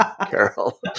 Carol